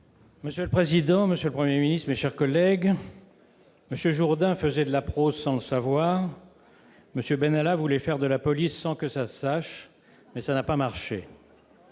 Monsieur le président, monsieur le Premier ministre, mes chers collègues, M. Jourdain faisait de la prose sans le savoir : M. Benalla voulait faire de la police sans que ça se sache, mais ça n'a pas marché